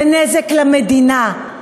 זה נזק למדינה.